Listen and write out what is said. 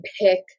pick